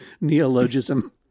neologism